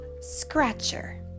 scratcher